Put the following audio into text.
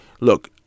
look